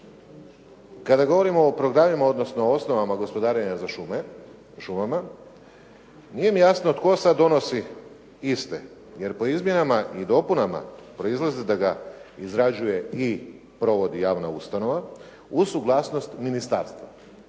Kada govorimo o programima, odnosno o osnovama gospodarenje za šumama, nije mi jasno tko sada donosi iste, jer po izmjenama i dopunama proizlaze da ga izrađuje i provodi javna ustanova uz suglasnost ministarstva.